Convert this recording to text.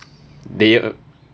they uh